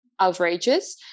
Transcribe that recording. outrageous